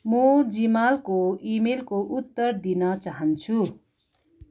म जिमालको इमेलको उत्तर दिन चाहन्छु